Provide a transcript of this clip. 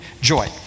joy